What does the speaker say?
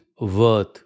worth